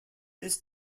this